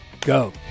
go